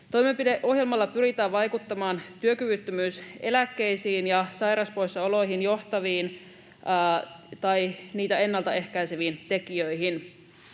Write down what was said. Toimenpideohjelmalla pyritään vaikuttamaan työkyvyttömyyseläkkeisiin ja sairauspoissaoloihin johtaviin tai niitä ennaltaehkäiseviin tekijöihin.